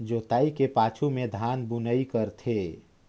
जोतई के पाछू में धान बुनई करथे